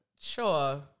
Sure